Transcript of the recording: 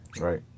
Right